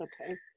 okay